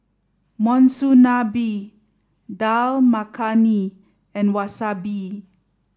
Monsunabe Dal Makhani and Wasabi